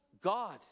God